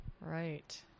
Right